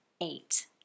eight